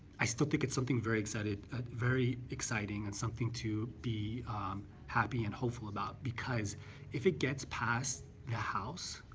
i still think it's something very excited ah very exciting and something to be happy and hopeful about because if it gets past the house,